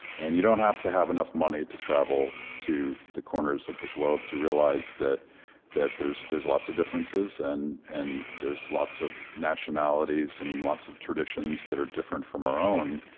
and you don't have to have enough money to travel to the corners of the globe to realize that that there's there's lots of differences, and and there's lots of nationalities and lots of traditions that are different from our own,